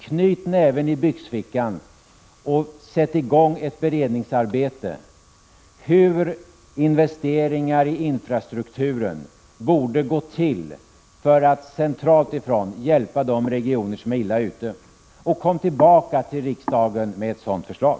Knyt näven i byxfickan och sätt i gång ett beredningsarbete om hur investeringar i infrastrukturen borde gå till för att man från centralt håll skall kunna hjälpa de regioner som är illa ute och kom tillbaka till riksdagen med ett sådant förslag!